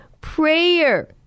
Prayer